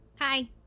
Hi